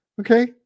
Okay